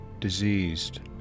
diseased